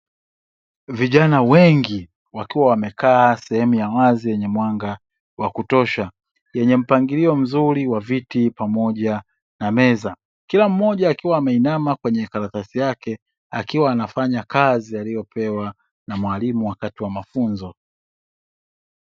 Vijana wengi wakiwa wamekaa sehemu ya wazi yenye mwanga wa kutosha. yenye mpangilio mzuri wa viti pamoja na meza kila mmoja akiwa ameinama ameinama kwenye karatasi yake akiwa anafanya kazi aliopewa na mwalimu wakati wa mafunzo.